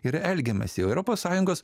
ir elgiamasi europos sąjungos